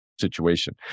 situation